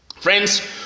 Friends